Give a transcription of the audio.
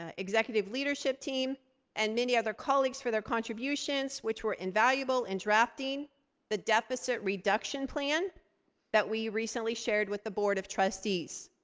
ah executive leadership team and many other colleagues for their contributions, which were invaluable in drafting the deficit reduction plan that we recently shared with the board of trustees.